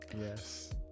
Yes